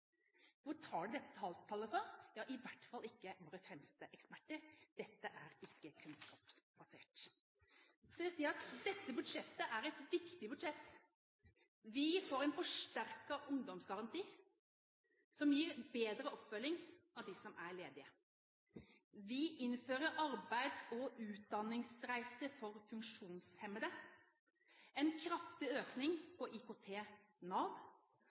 Hvor tar de dette tallet fra? I hvert fall ikke fra våre fremste eksperter. Dette er ikke kunnskapsbasert. Vi vil si at dette budsjettet er et viktig budsjett. Vi får en forsterket ungdomsgaranti, som gir en bedre oppfølging av de ledige. Vi innfører arbeids- og utdanningsreiser for funksjonshemmede, vi foretar en kraftig økning til IKT Nav,